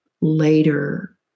later